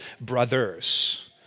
brothers